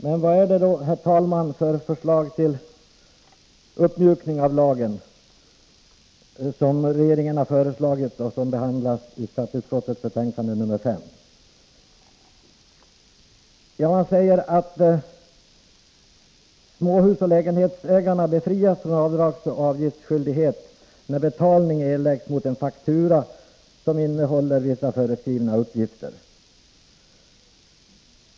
Men, herr talman, vad är det då för förslag till uppmjukning av lagen som regeringen har framlagt och som behandlas i skatteutskottets betänkande nr 5? Jo, småhusoch lägenhetsägarna skall befrias från avdragsoch avgiftsskyldighet när betalningen erläggs mot en faktura som innehåller vissa föreskrivna uppgifter.